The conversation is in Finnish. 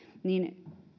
niin